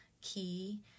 key